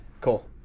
cool